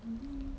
mm